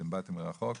אתם באתם מרחק.